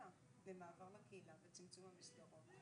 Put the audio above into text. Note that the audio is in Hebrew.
מבינה שיש אישור לכל.